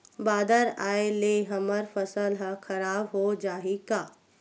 बादर आय ले हमर फसल ह खराब हो जाहि का?